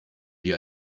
die